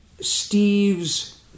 Steve's